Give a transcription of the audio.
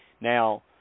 Now